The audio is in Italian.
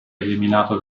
eliminato